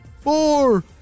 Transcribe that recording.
four